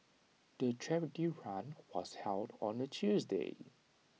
the charity run was held on A Tuesday